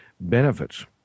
benefits